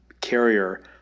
carrier